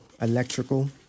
electrical